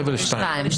לשתיים.